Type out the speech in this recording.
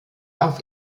auf